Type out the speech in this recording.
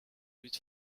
with